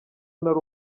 nari